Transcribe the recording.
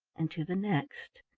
and to the next,